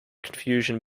confusion